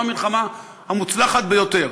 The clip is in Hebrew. זו המלחמה המוצלחת ביותר,